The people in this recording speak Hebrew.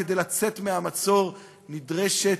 כדי לצאת מהמצור נדרשת,